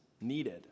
needed